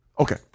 Okay